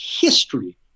history